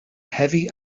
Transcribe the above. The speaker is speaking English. heavy